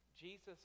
Jesus